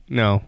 no